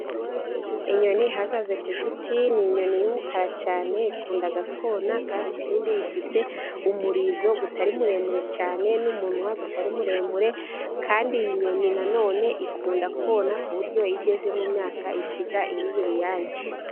Inyoni ihagaze ku giti , ni inyoni y'umukara cyane , ikunda kona kandi ikindi ifite umurizo utari muremure cyane, n'umunwa utari muremure ,kandi iyi nyoni na none ikunda kona ku buryo igeze mu myaka isiga iririye uruyange.